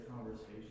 conversation